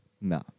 No